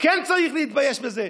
כן צריך להתבייש בזה.